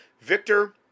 Victor